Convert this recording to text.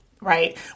right